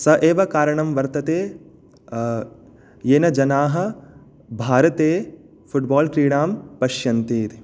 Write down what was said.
सः एव कारणं वर्तते येन जनाः भारते फुट्बाल् क्रीडां पश्यन्ति इति